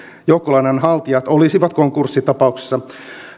joukkolainanhaltijat olisivat konkurssitapauksessa